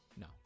No